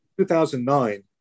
2009